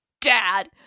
dad